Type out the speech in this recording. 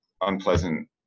unpleasant